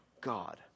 God